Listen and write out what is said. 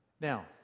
Now